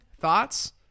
thoughts